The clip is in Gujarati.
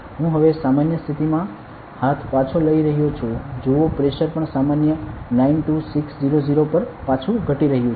હું હવે સામાન્ય સ્થિતિમા હાથ પાછો લઇ રહ્યો છું જુઓ પ્રેશર પણ સામાન્ય 926૦૦ પર પાછું ઘટી ગયું છે